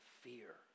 fear